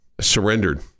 surrendered